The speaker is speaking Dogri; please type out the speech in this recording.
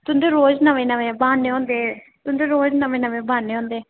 तुं'दे रोज़ नमें नमें ब्हान्ने होंदे तुं'दे रोज़ नमें नमें ब्हान्ने होंदे